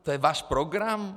To je váš program?